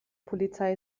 polizei